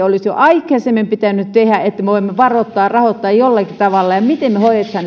olisi jo aikaisemmin pitänyt tehdä että me voimme rahoittaa rahoittaa jollakin tavalla ja